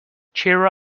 cheer